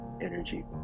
energy